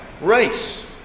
race